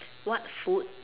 what food